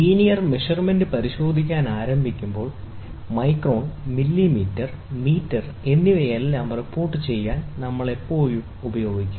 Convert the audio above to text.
linear measurement പരിശോധിക്കാൻ ആരംഭിക്കുമ്പോൾ micron millimetre metre എന്നിവയെല്ലാം റിപ്പോർട്ടുചെയ്യാൻ നമ്മൾ എല്ലായ്പ്പോഴും ഉപയോഗിക്കും